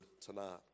tonight